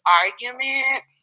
argument